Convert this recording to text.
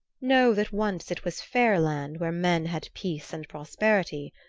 know that once it was fair land where men had peace and prosperity,